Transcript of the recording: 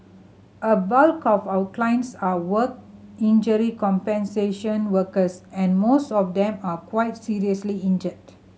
a bulk of our clients are work injury compensation workers and most of them are quite seriously injured